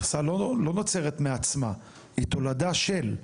מכסה לא נוצרת מעצמה, היא תולדה של.